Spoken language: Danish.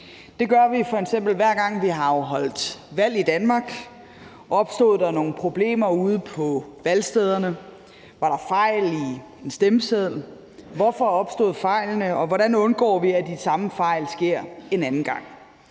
Det gør vi f.eks., hver gang vi har afholdt valg i Danmark. Opstod der nogle problemer ude på valgstederne? Var der fejl i en stemmeseddel? Hvorfor opstod fejlene, og hvordan undgår vi, at de samme fejl sker en anden gang?